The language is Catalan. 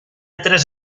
tres